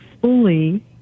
fully